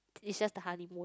it's just a honeymoon